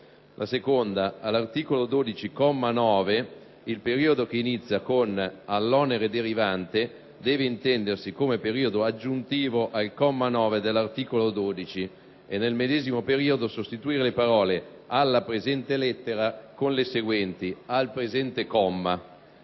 n. 78". All'articolo 12, comma 9, il periodo che inizia con "All'onere derivante" deve intendersi come periodo aggiuntivo al comma 9 dell'articolo 12 e, nel medesimo periodo, sostituire le parole: "alla presente lettera" con le seguenti: "al presente comma".